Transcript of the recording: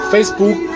Facebook